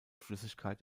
flüssigkeit